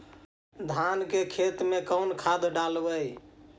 धान के खेत में कौन खाद डालबै?